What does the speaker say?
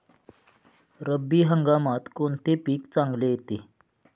रब्बी हंगामात कोणते पीक चांगले येते?